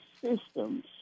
systems